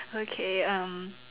okay um